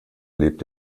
lebt